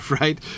right